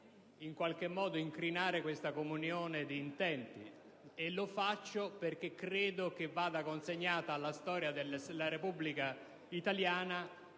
in qualche modo incrinare questa comunione di intenti, ma lo faccio perché credo vada consegnata alla storia della Repubblica italiana